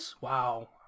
Wow